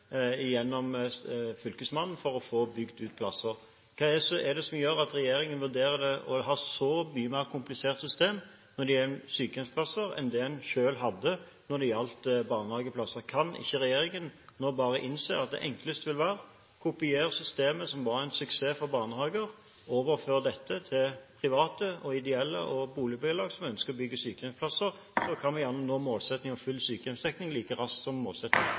fylkesmannen til å få bygd ut plasser. Hva er det som gjør at regjeringen vurderer å ha et så mye mer komplisert system når det gjelder sykehjemsplasser, enn det man selv hadde når det gjaldt barnehageplasser? Kan ikke regjeringen nå bare innse at det enkleste vil være å kopiere systemet som var en suksess for barnehager, og overføre dette til private, ideelle og boligbyggelag som ønsker å bygge sykehjemsplasser? Da kan vi nå målsettingen om full sykehjemsdekning like raskt som